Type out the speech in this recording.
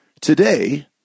Today